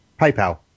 PayPal